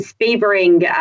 favoring